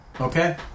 Okay